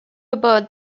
about